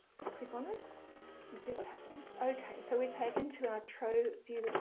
let's click on it and see what happens. okay so we're taken to our trove viewer,